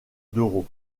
d’euros